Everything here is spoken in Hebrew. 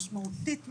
משמעותית מאוד,